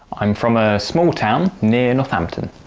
i'm from a small town near northampton,